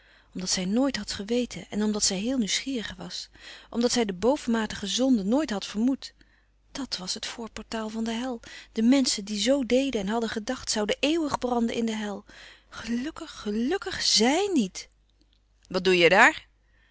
voorbij gaan nooit had geweten en omdat zij heel nieuwsgierig was omdat zij de bovenmatige zonde nooit had vermoed dat was het voorportaal van de hel de menschen die zoo deden en hadden gedacht zouden eeuwig branden in de hel gelukkig gelukkig zij niet wat doe je daar